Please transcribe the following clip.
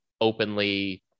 openly